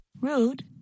Rude